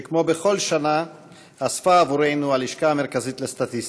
שכמו בכל שנה אספה עבורנו הלשכה המרכזית לסטטיסטיקה: